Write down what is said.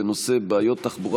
בנושא: בעיות תחבורה,